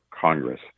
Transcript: Congress